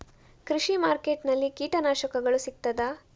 ಕೃಷಿಮಾರ್ಕೆಟ್ ನಲ್ಲಿ ಕೀಟನಾಶಕಗಳು ಸಿಗ್ತದಾ?